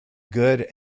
good